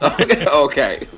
Okay